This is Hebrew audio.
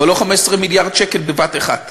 אבל לא 15 מיליארד שקל בבת-אחת.